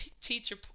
teacher